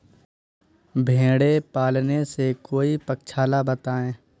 भेड़े पालने से कोई पक्षाला बताएं?